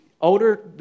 older